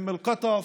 אום אל-קוטוף.